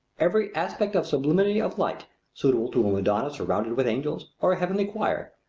every aspect of sublimity of light suitable to a madonna surrounded with angels, or a heavenly choir,